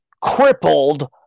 crippled